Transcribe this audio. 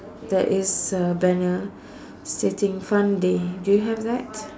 there is a banner sitting front they do you have that